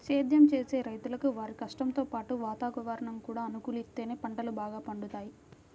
సేద్దెం చేసే రైతులకు వారి కష్టంతో పాటు వాతావరణం కూడా అనుకూలిత్తేనే పంటలు బాగా పండుతయ్